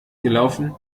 gelaufen